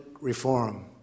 reform